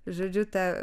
žodžiu tą